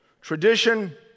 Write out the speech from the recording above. Tradition